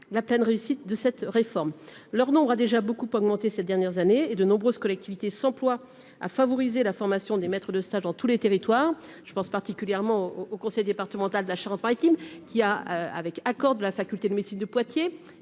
la pleine réussite de cette réforme, leur nombre a déjà beaucoup augmenté ces dernières années et de nombreuses collectivités s'emploie à favoriser la formation des maîtres de stage dans tous les territoires, je pense particulièrement au au conseil départemental de la. Maritime qui a, avec accord de la faculté de médecine de Poitiers,